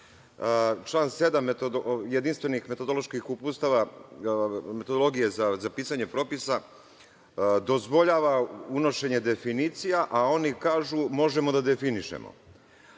član 7. jedinstvenih metodoloških uputstava, metodologije za pisanje propisa, dozvoljava unošenje definicija, a oni kažu – možemo da definišemo.